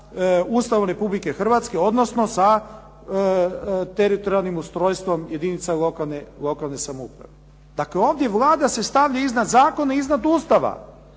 Ustavom Republike Hrvatske, odnosno sa teritorijalnim ustrojstvom jedinaca lokalne samouprave. Dakle, ovdje Vlada se stavlja iznad zakona i iznad Ustava.